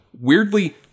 weirdly